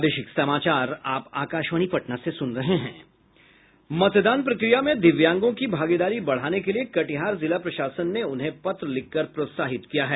मतदान प्रक्रिया में दिव्यांगों की भागीदारी बढ़ाने के लिए कटिहार जिला प्रशासन ने उन्हें पत्र लिखकर प्रोत्साहित किया है